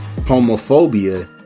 homophobia